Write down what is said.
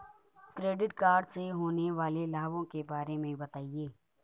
Credit card से होने वाले लाभों के बारे में बताएं?